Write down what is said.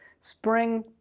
Spring